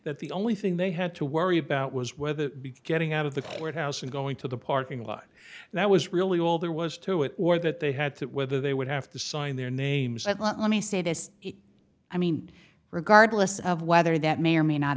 that the only thing they had to worry about was whether getting out of the courthouse and going to the parking lot and that was really all there was to it or that they had that whether they would have to sign their names and let me say this it i mean regardless of whether that may or may not